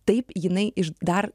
taip jinai iš dar